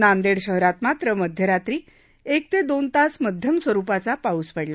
नांदेड शहरात मात्र मध्य रात्री एक ते दोन तास मध्यम स्वरूपाचा पाऊस पडला